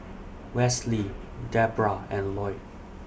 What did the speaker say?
Wesley Deborah and Loyd